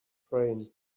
train